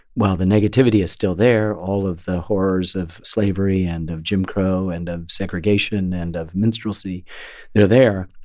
well, the negativity is still there, all of the horrors of slavery, and of jim crow, and of segregation and of minstrelsy they're there.